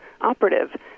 operative